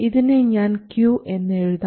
ഇതിനെ ഞാൻ Q എന്ന് എഴുതാം